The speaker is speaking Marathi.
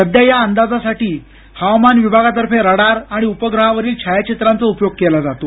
सध्या या अंदाजासाठी हवामान विभागातर्फे रडार आणि उपग्रहावरील छायाचित्रांचा उपयोग केला जातो